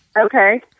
Okay